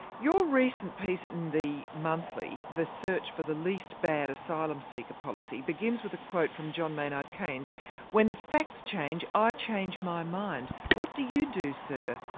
your recent piece in the monthly, the search for the least bad asylum-seeker policy, begins with a quote from john maynard keynes when the facts change, i change my mind. what do you do, sir?